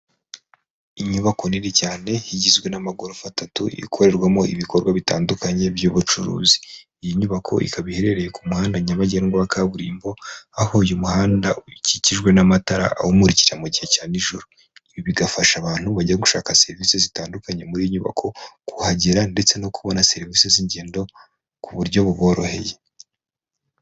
Inyubako nini cyane igizwe n'amagorofa atatu, ikorerwamo ibikorwa bitandukanye by'ubucuruzi. Iyi nyubako ikaba iherereye ku muhanda nyabagendwa wa kaburimbo, aho uyu umuhanda ukikijwe n'amatara awumurikira mu gihe cya nijoro. Ibi bigafasha abantu bajya gushaka sevise zitandukanye muri iyi nyubako kuhagera ndetse no kubona serivise z'ingendo ku buryo buboroheye.